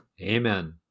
Amen